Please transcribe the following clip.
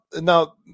now